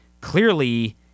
clearly